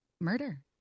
murder